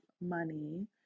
money